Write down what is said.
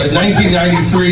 1993